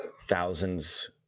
thousands